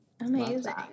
Amazing